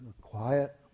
quiet